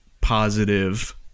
positive